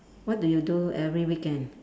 what do you do every weekend